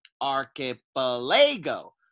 archipelago